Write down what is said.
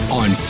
on